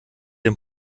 dem